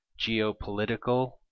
geopolitical